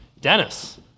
Dennis